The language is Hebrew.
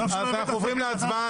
14. ערוץ 14 זה היה קרוב.